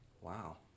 Wow